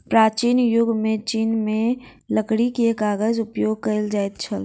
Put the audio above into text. प्राचीन युग में चीन में लकड़ी के कागज उपयोग कएल जाइत छल